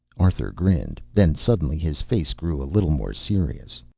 arthur grinned, then suddenly his face grew a little more serious.